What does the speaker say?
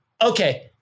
okay